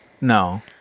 No